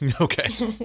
Okay